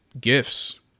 gifts